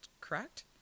correct